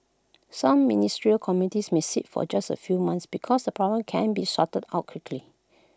some ministerial committees may sit for just A few months because the problems can be sorted out quickly